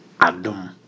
Adam